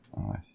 Nice